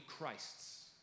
Christs